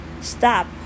Stop